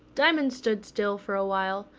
diamond stood still for a while,